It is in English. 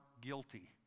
guilty